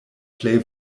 plej